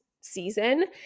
season